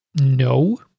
no